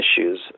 issues